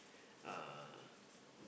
uh